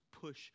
push